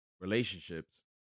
relationships